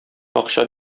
акча